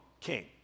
king